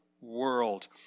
world